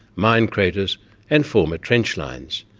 mine craters and former trench lines,